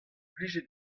plijet